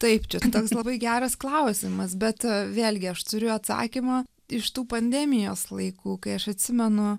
taip čia toks labai geras klausimas bet vėlgi aš turiu atsakymą iš tų pandemijos laikų kai aš atsimenu